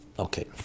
Okay